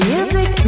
Music